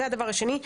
זה הדבר השני.